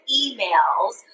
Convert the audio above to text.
emails